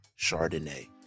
Chardonnay